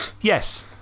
Yes